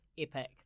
epic